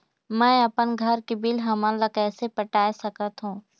मैं अपन घर के बिल हमन ला कैसे पटाए सकत हो?